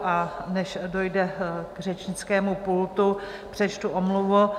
A než dojde k řečnickému pultu, přečtu omluvu.